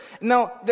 Now